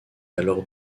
alors